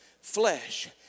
flesh